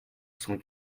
cent